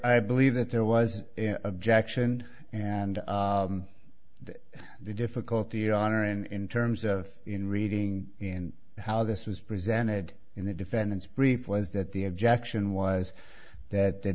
i believe that there was objection and the difficulty your honor in terms of in reading and how this was presented in the defendant's brief was that the objection was that the